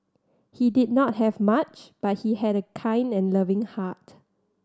he did not have much but he had a kind and loving heart